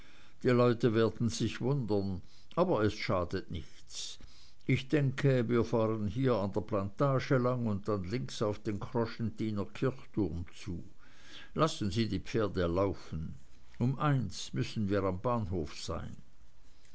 die leute werden sich wundern aber es schadet nichts ich denke wir fahren hier an der plantage entlang und dann links auf den kroschentiner kirchturm zu lassen sie die pferde laufen um eins müssen wir am bahnhof sein